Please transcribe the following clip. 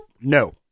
no